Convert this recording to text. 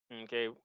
okay